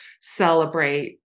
celebrate